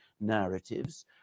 narratives